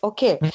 Okay